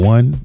One